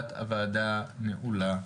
ישיבת הוועדה נעולה.